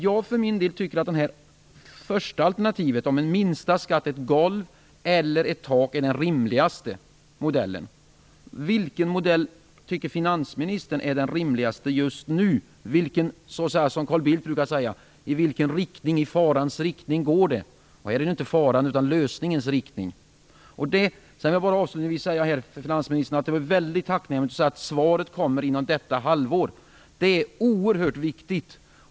Jag tycker att det första alternativet - en minsta skatt, ett golv eller ett tak - är den rimligaste modellen. Vilken modell tycker finansministern är rimligast just nu? I vilken farans riktning, som Carl Bildt brukar säga, går det? Här är det dock inte fråga om farans riktning utan om lösningens riktning. Avslutningsvis vill jag säga till finansministern att det är tacknämligt om svar kommer under detta halvår. Det är oerhört viktigt.